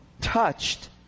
touched